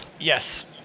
Yes